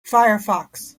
firefox